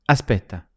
Aspetta